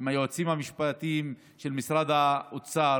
עם היועצים המשפטיים של משרד האוצר,